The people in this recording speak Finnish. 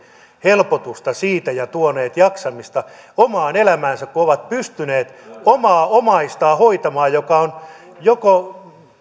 helpotusta siitä ja tuoneet jaksamista omaan elämäänsä kun ovat pystyneet hoitamaan omaa omaistaan joka on